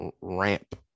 ramp